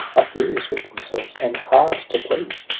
are furious with themselves, and hard to please.